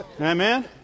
Amen